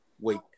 wait